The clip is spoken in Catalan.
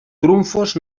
trumfos